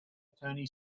attorney